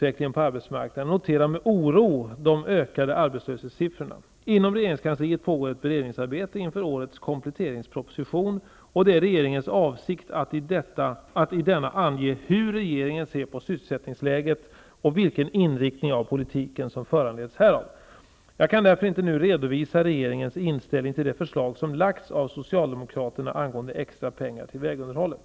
Enligt AMS kommer den öppna arbetslösheten i sommar att nå 6 % och nästa sommar 7 %. Samtidigt finns det ett stort behov av åtgärder för att återställa gamla miljöskador och skydda och konservera värdefulla kulturminnen samt för vård och skötsel av naturreservat.